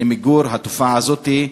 למיגור התופעה הזאת,